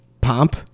pomp